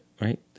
right